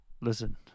listen